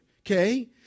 okay